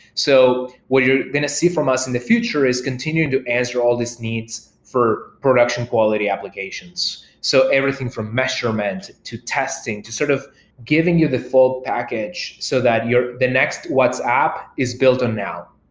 so what you're going to see from us in the future is continuing to answer all these needs for production quality applications. so everything from measurement, to testing, to sort of giving you the full package so that the next whatsapp is built on now.